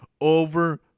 over